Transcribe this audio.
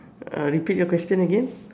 uh repeat your question again